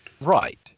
right